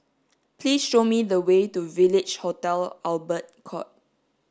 please show me the way to Village Hotel Albert Court